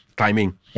Timing